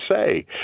say